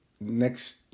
next